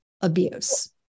abuse